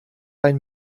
ein